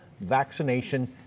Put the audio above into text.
vaccination